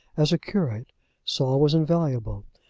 as a curate saul was invaluable,